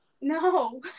No